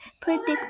predict